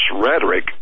rhetoric